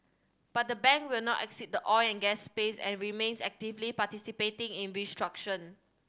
but the bank will not exit the oil and gas space and remains actively participating in